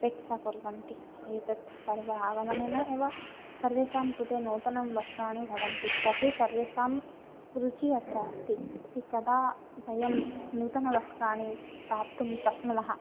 अपेक्षा कुर्वन्ति एतद् पर्व आगमनेन एव सर्वेषां कृते नूतनवस्त्राणि भवन्ति तर्हि सर्वेषां रुचिः अत्र अस्ति कदा वयं नूतनवस्त्राणि प्राप्तुं शक्नुमः